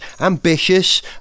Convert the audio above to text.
ambitious